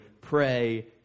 pray